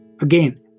again